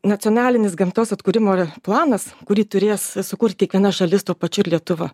nacionalinis gamtos atkūrimo planas kurį turės sukurti kiekviena šalis tuo pačiu ir lietuva